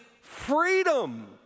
freedom